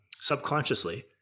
subconsciously